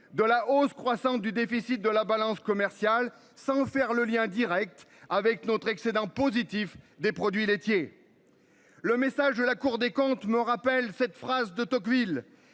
de la hausse croissante du déficit de la balance commerciale sans faire le lien Direct avec notre excédent positif des produits laitiers. Le message de la Cour des comptes me rappelle cette phrase de Tocqueville